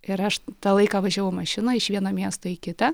ir aš tą laiką važiavau mašina iš vieno miesto į kitą